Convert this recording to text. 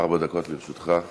בבקשה, ארבע דקות לרשותך.